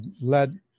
led